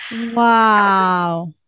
wow